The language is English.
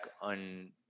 on